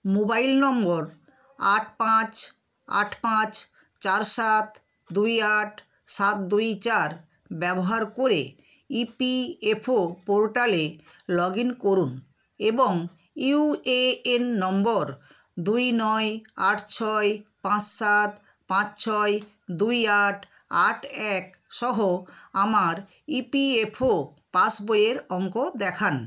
mobile নম্বর আট পাঁচ আট পাঁচ চার সাত দুই আট সাত দুই চার ব্যবহার করে ইপিএফও পোর্টালে লগ ইন করুন এবং ইউএএন নম্বর দুই নয় আট ছয় পাঁচ সাত পাঁচ ছয় দুই আট আট এক সহ আমার ইপিএফও পাস বইয়ের অঙ্ক দেখান